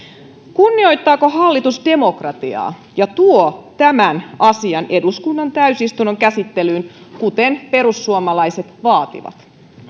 kunnioittaako hallitus demokratiaa ja tuo tämän asian eduskunnan täysistunnon käsittelyyn kuten perussuomalaiset vaativat